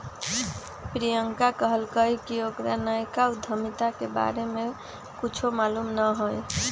प्रियंका कहलकई कि ओकरा नयका उधमिता के बारे में कुछो मालूम न हई